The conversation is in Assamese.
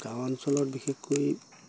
গাঁও অঞ্চলত বিশেষকৈ